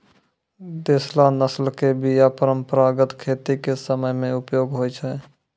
देशला नस्ल के बीया परंपरागत खेती के समय मे उपयोग होय छै